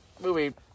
movie